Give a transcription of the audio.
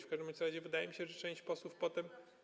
W każdym razie wydaje mi się, że część posłów potem.